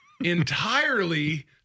entirely